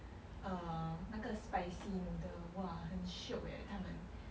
err 那个 spicy noodles !wah! 很 shiok leh 他们